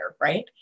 right